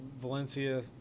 Valencia